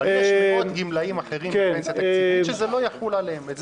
אבל יש מאות גמלאים אחרים בפנסיה תקציבית שזה לא יחול עליהם,